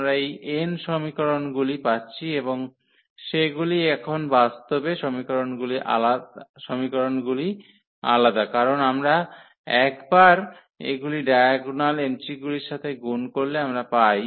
আমরা এই n সমীকরণগুলি পাচ্ছি এবং সেগুলি এখন বাস্তবে সমীকরণগুলি আলাদা কারণ আমরা একবার এগুলি ডায়াগোনাল এন্ট্রিগুলির সাথে গুন করলে আমরা পাই